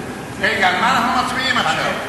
רגע, על מה אנחנו מצביעים עכשיו?